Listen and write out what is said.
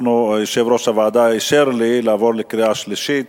יושב-ראש הוועדה אישר לי לעבור לקריאה שלישית.